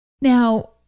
Now